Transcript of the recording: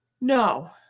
No